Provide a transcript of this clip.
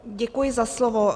Děkuji za slovo.